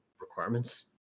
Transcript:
requirements